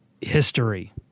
history